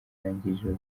ntangiriro